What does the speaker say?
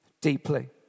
deeply